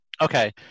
Okay